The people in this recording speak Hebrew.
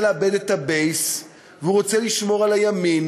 לאבד את ה-base והוא רוצה לשמור על הימין.